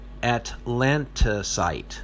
Atlantisite